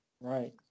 Right